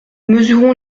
mesurons